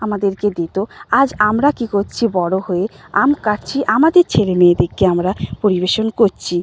আমাদেরকে দিত আজ আমরা কী করছি বড় হয়ে আম কাটছি আমাদের ছেলে মেয়েদেরকে আমরা পরিবেশন করছি